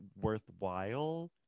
worthwhile